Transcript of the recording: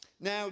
Now